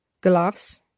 Gloves